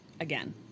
again